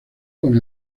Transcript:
con